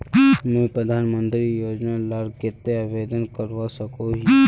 मुई प्रधानमंत्री योजना लार केते आवेदन करवा सकोहो ही?